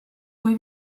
kui